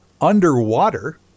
underwater